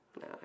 No